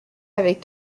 avec